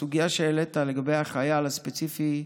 הסוגיה שהעלית לגבי החייל הספציפי,